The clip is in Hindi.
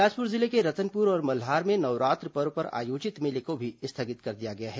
बिलासपुर जिले के रतनपुर और मल्हार में नवरात्र पर्व पर आयोजित मेले को भी स्थगित कर दिया गया है